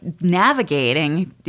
navigating